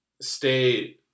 stay –